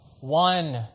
one